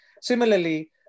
similarly